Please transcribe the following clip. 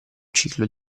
ciclo